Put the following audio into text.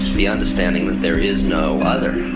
the understanding that there is no other.